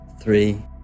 three